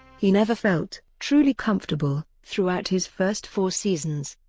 he never felt truly comfortable throughout his first four seasons.